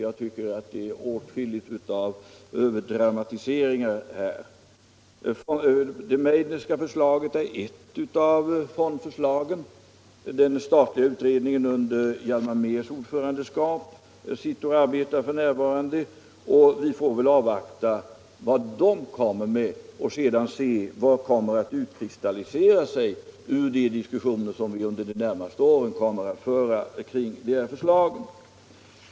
Det är, tycker jag, åtskillig överdramatisering här. Det Meidnerska förslaget är ett av fondförslagen. Den statliga utredningen under Hjalmar Mehrs ordförandeskap arbetar f. n., och vi får väl avvakta det förslag den lägger fram och sedan se vad som kommer att utkristallisera sig ur de diskussioner som vi under de närmaste åren kommer att föra kring de här förslagen.